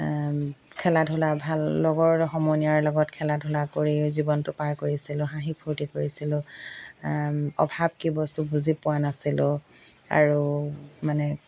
খেলা ধূলা ভাল লগৰ সমনীয়াৰ লগত খেলা ধূলা কৰি জীৱনটো পাৰ কৰিছিলোঁ হাঁহি ফূৰ্তি কৰিছিলোঁ অভাৱ কি বস্তু বুজি পোৱা নাছিলোঁ আৰু মানে